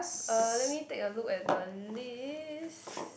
uh let me take a look at the list